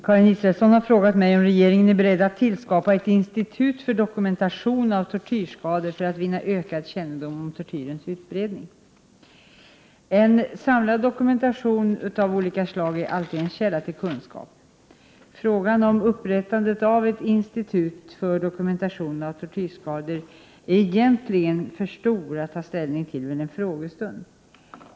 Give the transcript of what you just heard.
Karin Israelsson har frågat mig om regeringen är beredd att tillskapa ett institut för dokumentation av tortyrskador för att vinna ökad kännedom om tortyrens utbredning. En samlad dokumentation av olika slag är alltid en källa till kunskap. Frågan om upprättandet av ett institut för dokumentation av tortyrskador är egentligen för stor att ta ställning till vid en frågestund.